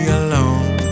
alone